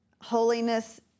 holiness